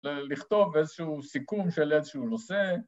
‫לכתוב איזשהו סיכום של איזשהו נושא.